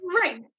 Right